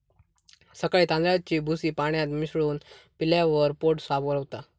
सकाळी तांदळाची भूसी पाण्यात मिसळून पिल्यावर पोट साफ रवता